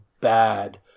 bad